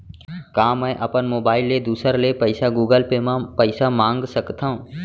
का मैं अपन मोबाइल ले दूसर ले पइसा गूगल पे म पइसा मंगा सकथव?